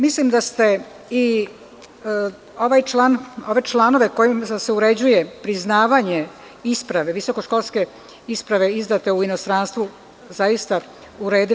Mislim da ste i ove članove kojim se uređuje priznavanje, isprave, visokoškolske isprave izdate u inostranstvu zaista uredili.